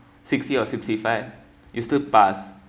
sixty or sixty five you still pass